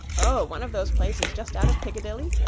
oh, one of those places just out of piccadilly?